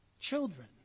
Children